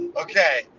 okay